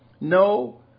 No